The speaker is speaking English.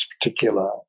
particular